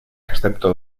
excepto